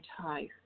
tired